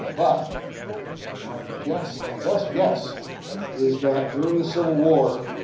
but my guess, my best guess is that during the civil war,